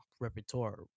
repertoire